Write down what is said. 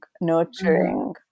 nurturing